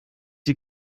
die